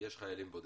יש חיילים בודדים.